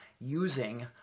using